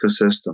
ecosystem